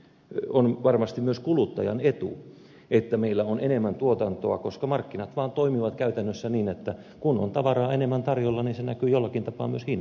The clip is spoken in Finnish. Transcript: on varmasti myös kuluttajan etu että meillä on enemmän tuotantoa koska markkinat vaan toimivat käytännössä niin että kun on tavaraa enemmän tarjolla niin se näkyy jollakin tapaa myös hinnoissa